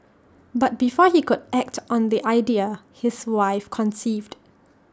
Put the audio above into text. but before he could act on the idea his wife conceived